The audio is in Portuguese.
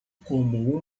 como